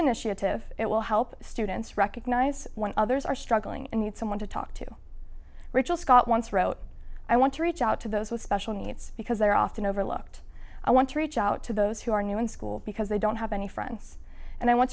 initiative it will help students recognize when others are struggling and need someone to talk to rachel scott once wrote i want to reach out to those with special needs because they're often overlooked i want to reach out to those who are new in school because they don't have any friends and i want